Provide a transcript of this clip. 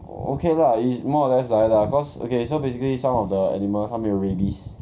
okay lah it is more or less die lah cause okay so basically some of the animal 它们有 rabies